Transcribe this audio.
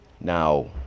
Now